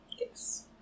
Yes